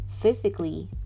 Physically